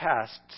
tests